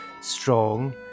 strong